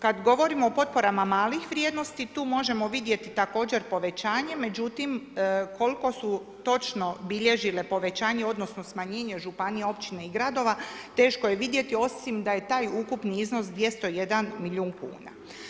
Kad govorimo o potporama malih vrijednosti, tu možemo vidjeti također povećanje, međutim koliko su točno bilježile povećanje, odnosno smanjenje županija, općine i gradova teško je vidjeti, osim da je taj ukupni iznos 201 milijun kuna.